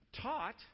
taught